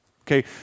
Okay